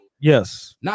Yes